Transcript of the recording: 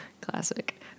classic